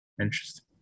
interesting